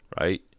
right